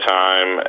time